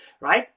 right